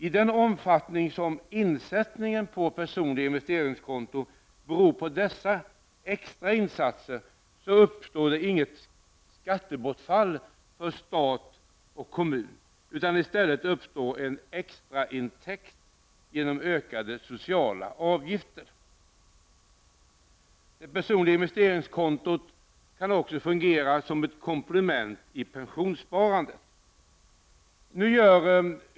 I den omfattning som insättningar på personliga investeringskonton beror på dessa extra insatser uppstår inget skattebortfall för stat och kommun, utan i stället uppstår en extra intäkt genom ökade sociala avgifter. Det personliga investeringskontot kan också fungera som ett komplement i pensionssparandet.